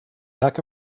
back